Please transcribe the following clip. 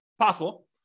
possible